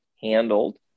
handled